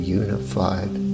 unified